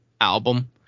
album